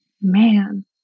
man